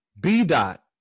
B-Dot